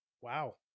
Wow